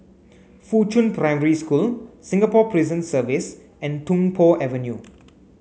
Fuchun Primary School Singapore Prison Service and Tung Po Avenue